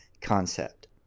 concept